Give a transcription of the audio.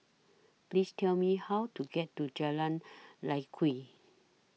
Please Tell Me How to get to Jalan Lye Kwee